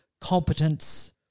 competence